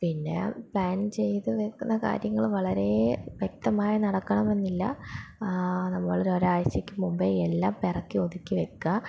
പിന്നെ പ്ലാൻ ചെയ്ത് വെക്കുന്ന കാര്യങ്ങൾ വളരെ വ്യക്തമായി നടക്കണമെന്നില്ല നമ്മൾ ഒരാഴ്ചയ്ക്ക് മുമ്പേ എല്ലാം പെറുക്കി ഒതുക്കി വെക്കുക